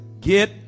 get